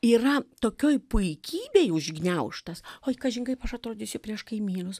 yra tokioj puikybėj užgniaužtas oi kažin kaip aš atrodysiu prieš kaimynus